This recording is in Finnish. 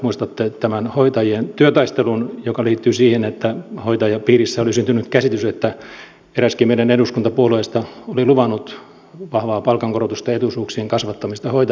muistatte tämän hoitajien työtaistelun joka liittyi siihen että hoitajien piirissä oli syntynyt käsitys että eräskin meidän eduskuntapuolueista oli luvannut vahvaa palkankorotusta ja etuisuuksien kasvattamista hoitajasektorilla